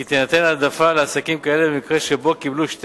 וכי תינתן העדפה לעסקים כאלה במקרה שבו קיבלו שתי